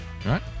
Right